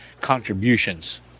contributions